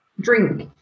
drink